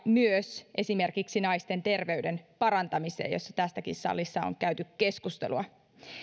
myös esimerkiksi naisten terveyden parantamiseen josta tässäkin salissa on käyty keskustelua